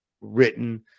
written